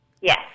Yes